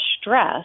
stress